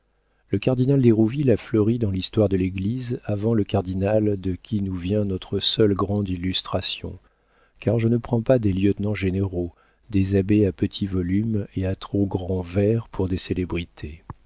le cardinal d'hérouville a fleuri dans l'histoire de l'église avant le cardinal de qui nous vient notre seule grande illustration car je ne prends pas des lieutenants généraux des abbés à petits volumes et à trop grands vers pour des célébrités